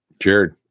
Jared